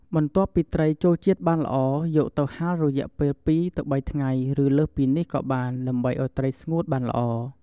បន្ទាប់់ពីត្រីចូលជាតិបានល្អយកទៅហាលរយៈពេល២-៣ថ្ងៃឬលើសពីនេះក៏បានដើម្បីឱ្យត្រីស្ងួតបានល្អ។